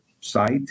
site